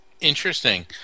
Interesting